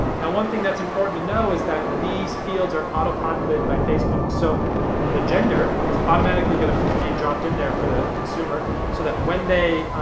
now one thing that's important to know is that these fields are autopopulated by facebook. so the gender is automatically gonna be dropped in there for the consumer so that when they